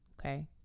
Okay